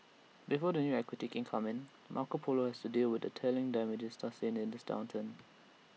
before the new equity can come in Marco Polo has to deal with the telling damages sustained in this downturn